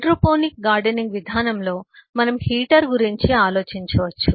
hydroponic gardening విధానంలో మనం heater గురించి ఆలోచించవచ్చు